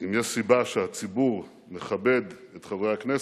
אם יש סיבה שהציבור לא מכבד את חברי הכנסת,